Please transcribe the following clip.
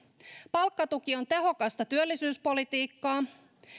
palkkatuki on tehokasta työllisyyspolitiikkaa